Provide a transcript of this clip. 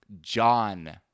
John